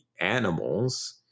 animals